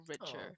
richer